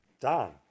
done